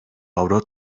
avro